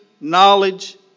knowledge